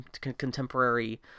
contemporary